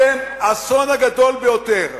אתם האסון הגדול ביותר